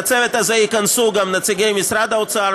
לצוות הזה ייכנסו גם נציגי משרד האוצר,